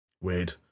Weird